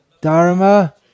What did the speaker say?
Dharma